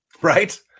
Right